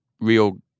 real